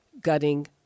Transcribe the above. gutting